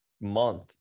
month